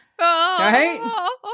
Right